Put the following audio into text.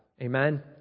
Amen